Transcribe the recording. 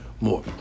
more